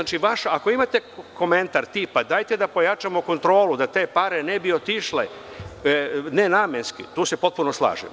Ako imate komentar tipa – dajte da pojačamo kontrolu da te pare ne bi otišle nenamenski, tu se potpuno slažem.